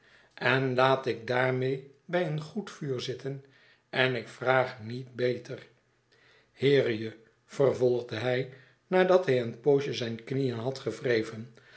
en laat ik daarmee bij een goed vuur zitten en ik vraag niet beter heere je i vervolgde hij nadat hij een pposje zijn knieen had gewreven